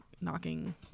knocking